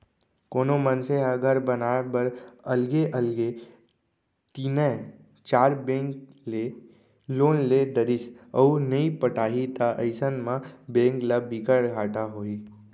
कोनो मनसे ह घर बनाए बर अलगे अलगे तीनए चार बेंक ले लोन ले डरिस अउ नइ पटाही त अइसन म बेंक ल बिकट घाटा होही